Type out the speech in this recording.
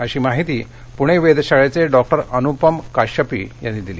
अशी माहिती पुणे वेधशाळेचे डॉक्टर अनुपम काश्यपि यांनी दिली